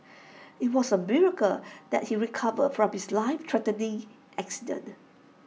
IT was A miracle that he recovered from his life threatening accident